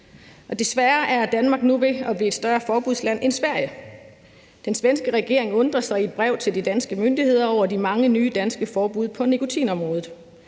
Desværre er Danmark nu ved at blive et større forbudsland end Sverige. Den svenske regering undrer sig i et brev til de danske myndigheder over de mange nye danske forbud på nikotinområdet.